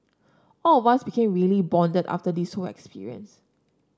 all of us became really bonded after this whole experience